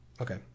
okay